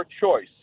choice